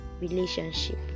relationship